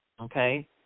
Okay